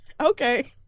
Okay